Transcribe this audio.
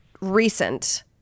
recent